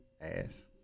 Ass